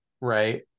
Right